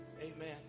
Amen